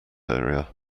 area